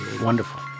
Wonderful